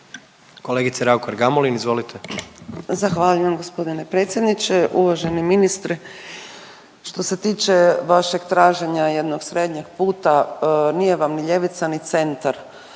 izvolite. **Raukar-Gamulin, Urša (Možemo!)** Zahvaljujem gospodine predsjedniče. Uvaženi ministre što se tiče vašeg traženja jednog srednjeg puta nije vam ni ljevica, ni centar